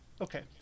okay